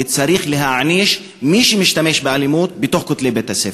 וצריך להעניש את מי שמשתמש באלימות בין כותלי בית-הספר.